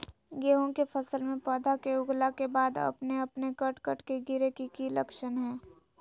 गेहूं के फसल में पौधा के उगला के बाद अपने अपने कट कट के गिरे के की लक्षण हय?